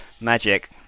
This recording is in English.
Magic